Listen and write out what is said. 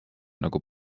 nagu